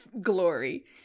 glory